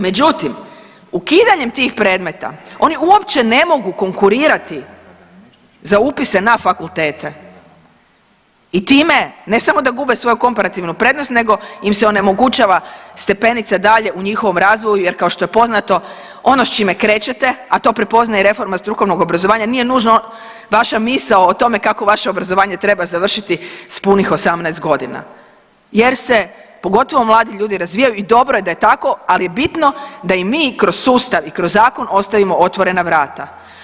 Međutim, ukidanjem tih predmeta oni uopće ne mogu konkurirati za upise na fakultete i time ne samo da gube svoju komparativnu prednost nego im se onemogućava stepenica dalje u njihovom razvoju jer kao što je poznato ono s čime krećete, a to prepoznaje i reforma strukovnog obrazovanja nije nužno vaša misao o tome kako vaše obrazovanje treba završiti s punih 18 godina jer se pogotovo mladi ljudi razvijaju i dobro je da je tako, ali je bitno da im mi kroz sustav i kroz zakon ostavimo otvorena vrata.